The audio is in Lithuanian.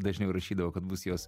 dažniau rašydavo kad bus jos